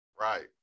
Right